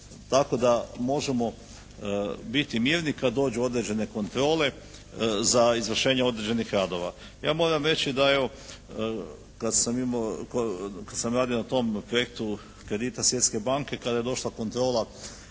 tako da možemo biti mirni kada dođu određene kontrole za izvršenje određenih radova. Ja moram reći da evo kada sam imao, kada sam radio na tom projektu kredita Svjetske banke kada je došla kontrola